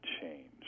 change